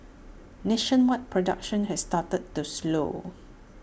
nationwide production has started to slow